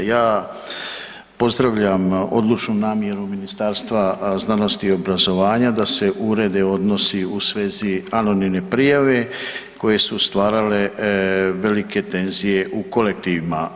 Ja pozdravljam odlučnu namjeru Ministarstva znanosti i obrazovanja da se urede odnosi u svezi anonimne prijave koje su stvarale velike tenzije u kolektivima.